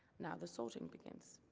now the sorting begins.